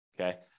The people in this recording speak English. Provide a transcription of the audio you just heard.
Okay